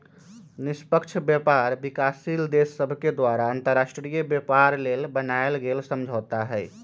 निष्पक्ष व्यापार विकासशील देश सभके द्वारा अंतर्राष्ट्रीय व्यापार लेल बनायल गेल समझौता हइ